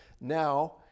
Now